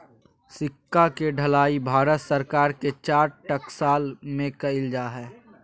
सिक्का के ढलाई भारत सरकार के चार टकसाल में कइल जा हइ